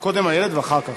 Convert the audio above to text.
קודם איילת ואחר כך,